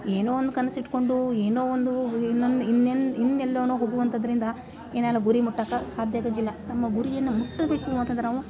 ಏನೋ ಒಂದು ಕನಸು ಇಟ್ಟುಕೊಂಡು ಏನೋ ಒಂದು ಇನ್ನೊನ್ ಇನ್ನೆನ್ ಇನ್ನೆಲ್ಲೋ ಹೋಗುವಂಥದ್ದರಿಂದ ಏನಾಲ ಗುರಿ ಮುಟ್ಟಕ್ಕೆ ಸಾಧ್ಯ ಇರುವುದಿಲ್ಲ ನಮ್ಮ ಗುರಿಯನ್ನು ಮುಟ್ಟಬೇಕು ಅಂತಂದ್ರೆ ನಾವು